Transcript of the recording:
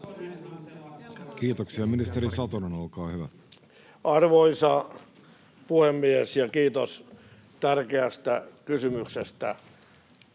Kiitoksia. — Ministeri Satonen, olkaa hyvä. Arvoisa puhemies! Ja kiitos tärkeästä kysymyksestä.